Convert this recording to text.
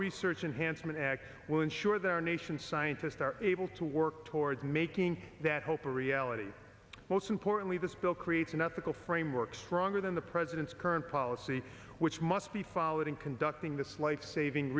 research unhandsome and will ensure that our nation's scientists are able to work towards making that hope a reality most importantly this bill creates an ethical framework stronger than the president's current policy which must be followed in conducting this lifesaving